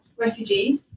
refugees